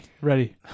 Ready